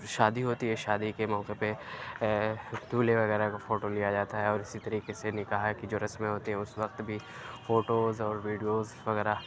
شادی ہوتی ہے شادی کے موقع پہ اے دُلہے وغیرہ کا فوٹو لیا جاتا ہے اور اِسی طریقے سے نکاح کی جو رسمیں ہوتی ہے اُس وقت بھی فوٹوز اور وڈیوز وغیرہ